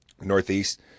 northeast